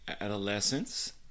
adolescence